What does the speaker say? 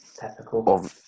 typical